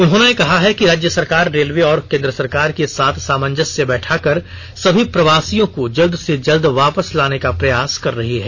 उन्होंने कहा है कि राज्य सरकार रेलवे और केन्द्र सरकार के साथ सामंजस्य बैठाकर सभी प्रवासियों को जल्द से जल्द वापस लाने का प्रयास कर रही है